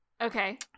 Okay